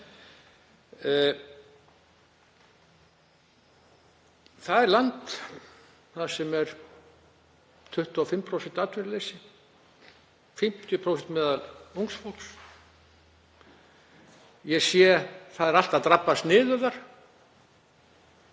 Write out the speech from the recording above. Það er land þar sem er 25% atvinnuleysi, 50% meðal ungs fólks. Ég sé að það er allt að drabbast niður þar.